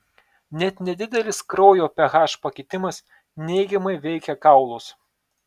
net nedidelis kraujo ph pakitimas neigiamai veikia kaulus